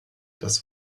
das